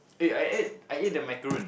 eh I ate I ate the macaroon